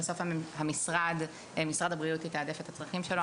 בסוף משרד הבריאות יתעדף את הצרכים שלו,